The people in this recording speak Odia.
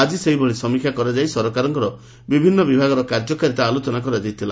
ଆଜି ସେହିଭଳି ସମୀକ୍ଷା କରାଯାଇ ସରକାରଙ୍କ ବିଭିନ୍ ବିଭାଗର କାର୍ଯ୍ୟକାରିତା ଆଲୋଚନା କରାଯାଇଥିଲା